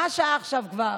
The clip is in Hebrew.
מה השעה עכשיו כבר?